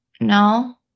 no